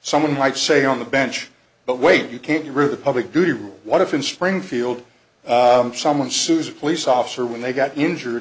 someone might say on the bench but wait you can't be rude the public duty rules what if in springfield someone sues a police officer when they got injured